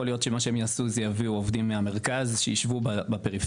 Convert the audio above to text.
יכול להיות שמה שהם יעשו זה יביאו עובדים מהמרכז שישבו בפריפריה,